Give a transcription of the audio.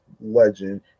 Legend